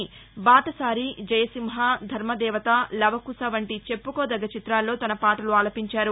బాటసారి జయసింహ ధర్మదేవత లవకుశ వంటి చెప్పుకోదగ్గ చితాల్లో తన పాటలు ఆలపించారు